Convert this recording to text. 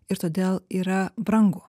ir todėl yra brangu